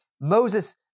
Moses